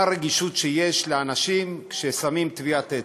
הרגישות שיש לאנשים כששמים טביעת אצבע.